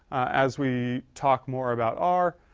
as we talk more about r.